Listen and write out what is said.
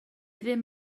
ddim